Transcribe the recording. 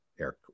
Eric